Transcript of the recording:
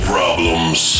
Problems